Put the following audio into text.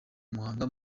muhanga